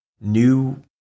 new